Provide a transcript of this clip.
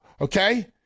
okay